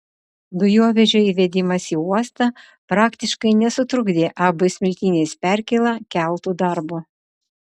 dujovežio įvedimas į uostą praktiškai nesutrukdė ab smiltynės perkėla keltų darbo